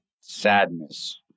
sadness